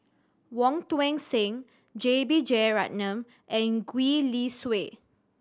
Wong Tuang Seng J B Jeyaretnam and Gwee Li Sui